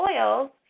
oils